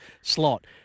slot